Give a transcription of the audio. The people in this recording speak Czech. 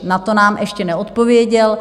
Na to nám ještě neodpověděl.